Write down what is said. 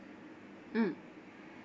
mm